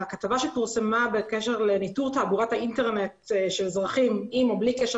הכתבה שפורסמה בקשר לניטור תעבורת האינטרנט של אזרחים עם או בלי קשר